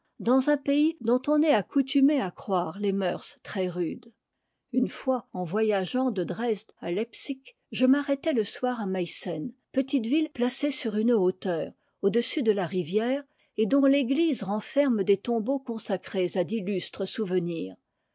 dans un pays dont on est accoutumé à croire les moeurs trèsrudes une fois en voyageant de dresde à leipsick je m'arrêtai le soir à meissen petite ville placée sur une hauteur au-dessus de la rivière et dont l'église renferme des tombeaux consacrés à d'illustres souvenirs